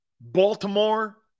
Baltimore